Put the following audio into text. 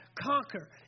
Conquer